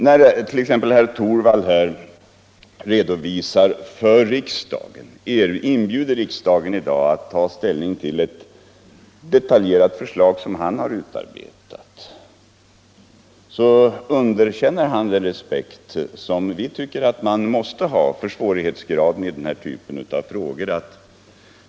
När herr Torwald i dag inbjuder riksdagen att ta ställning till ett detaljerat förslag som han har utarbetat, underkänner han den respekt som vi tycker att man måste ha för svårighetsgraden i den här typen av frågor.